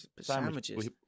sandwiches